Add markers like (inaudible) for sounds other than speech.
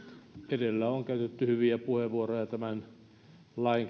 edellä on käytetty hyviä puheenvuoroja tämän lain (unintelligible)